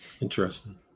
Interesting